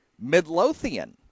Midlothian